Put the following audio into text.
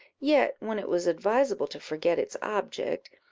yet, when it was advisable to forget its object,